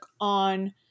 on